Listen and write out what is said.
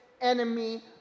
enemy